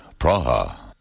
Praha